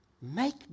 make